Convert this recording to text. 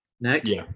next